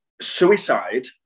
suicide